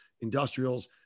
industrials